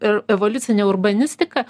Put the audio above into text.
ir evoliucinė urbanistika